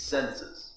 Senses